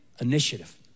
initiative